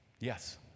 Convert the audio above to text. Yes